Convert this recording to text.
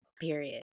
Period